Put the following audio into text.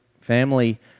family